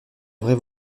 vraie